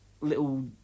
Little